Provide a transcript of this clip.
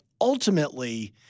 ultimately